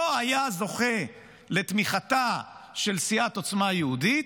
לא היה זוכה לתמיכתה של סיעת עוצמה יהודית,